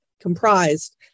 comprised